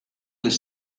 les